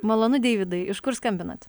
malonu deividai iš kur skambinat